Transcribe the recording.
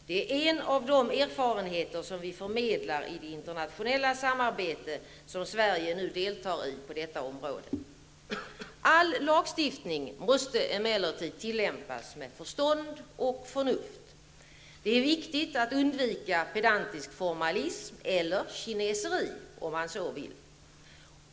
Det är en av de erfarenheter som vi förmedlar i det internationella samarbete som Sverige nu deltar i på detta område. All lagstiftning måste emellertid tillämpas med förstånd och förnuft. Det är viktigt att undvika pedantisk formalism, eller ''kineseri'' om man så vill.